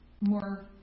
more